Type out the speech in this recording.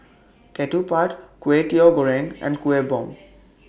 Ketupat Kway Teow Goreng and Kueh Bom